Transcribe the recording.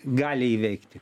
gali įveikti